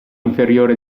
inferiore